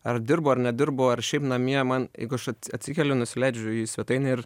ar dirbu ar nedirbu ar šiaip namie man jeigu aš atsikeliu nusileidžiu į svetainę ir